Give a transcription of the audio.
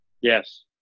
Yes